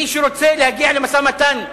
מי שרוצה להגיע למשא-ומתן,